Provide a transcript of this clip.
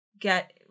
get